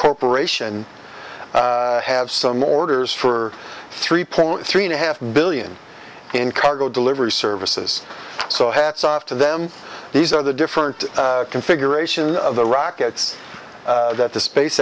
corporation have some orders for three point three and a half billion in cargo delivery services so hats off to them these are the different configurations of the rockets that the space